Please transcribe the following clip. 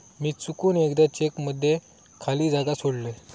मी चुकून एकदा चेक मध्ये खाली जागा सोडलय